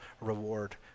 reward